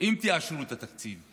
אם תאשרו את התקציב.